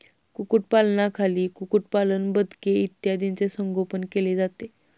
कुक्कुटपालनाखाली कुक्कुटपालन, बदके इत्यादींचे संगोपन केले जाते